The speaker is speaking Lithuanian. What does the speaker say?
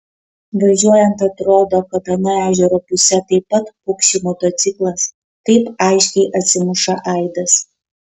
važiuojant atrodo kad ana ežero puse taip pat pukši motociklas taip aiškiai atsimuša aidas